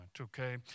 okay